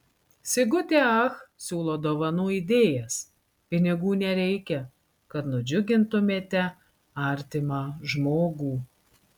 sigutė ach siūlo dovanų idėjas pinigų nereikia kad nudžiugintumėte artimą žmogų